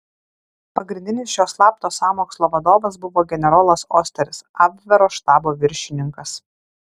pagrindinis šio slapto sąmokslo vadovas buvo generolas osteris abvero štabo viršininkas